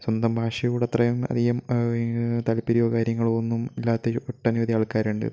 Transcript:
സ്വന്തം ഭാഷയോട് അത്രയും അധികം താത്പര്യമോ കാര്യങ്ങളോ ഒന്നും ഇല്ലാത്ത ഒരു ഒട്ടനവധി ആൾക്കാരുണ്ട്